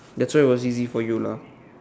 that's why it was easy for you lah